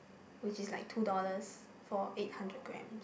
which is like two dollars for eight hundred grams